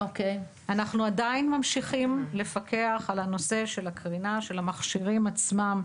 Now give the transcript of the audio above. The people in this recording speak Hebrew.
אנחנו עדיין ממשיכים לפקח על הנושא של הקרינה של המכשירים עצמם,